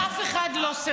אף אחד לא סירב.